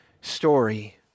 story